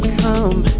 come